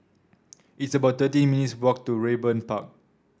it's about thirteen minutes' walk to Raeburn Park